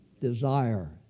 Desire